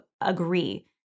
agree